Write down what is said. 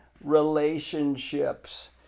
Relationships